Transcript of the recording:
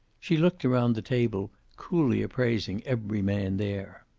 she looked around the table, coolly appraising every man there.